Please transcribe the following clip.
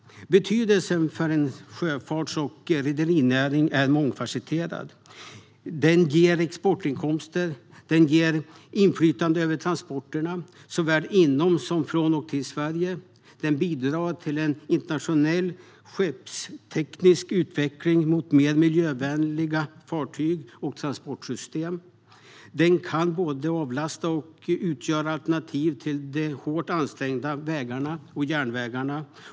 Betydelsen av en sjöfarts och rederinäring är mångfasetterad. Den ger exportinkomster. Den ger inflytande över transporterna såväl inom som från och till Sverige. Den bidrar till en internationell skeppsteknisk utveckling mot mer miljövänliga fartyg och transportsystem. Den kan både avlasta och utgöra alternativ till de hårt ansträngda vägarna och järnvägarna.